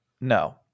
No